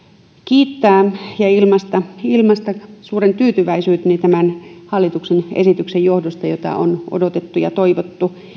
kiittää ja ilmaista ilmaista suuren tyytyväisyyteni tämän hallituksen esityksen johdosta jota on odotettu ja toivottu